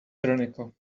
tyrannical